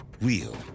real